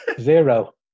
zero